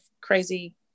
crazy